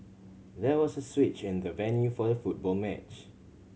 there was a switch in the venue for the football match